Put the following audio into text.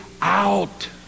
out